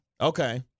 okay